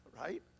right